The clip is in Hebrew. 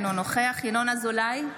אינו נוכח ינון אזולאי,